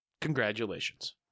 Congratulations